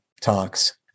talks